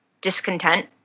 discontent